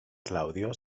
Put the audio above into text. claudio